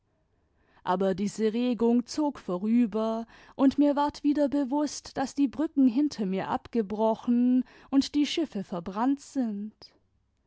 aber diese regung zog vorüber und mir ward wieder bewußt daß die brücken hinter mir abgebrochen und die schiffe verbrannt sind